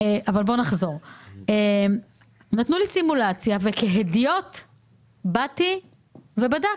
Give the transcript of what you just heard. נתנו לי סימולציה וכהדיוטית בדקתי.